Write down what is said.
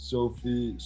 Sophie